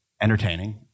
entertaining